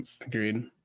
Agreed